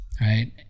Right